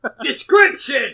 Description